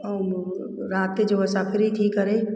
ऐं राति जो असां फ्री थी करे